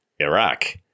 Iraq